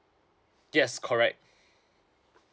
yes correct